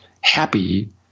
happy